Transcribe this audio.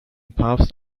papst